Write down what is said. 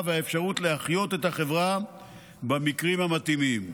והאפשרות להחיות את החברה במקרים המתאימים,